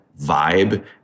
vibe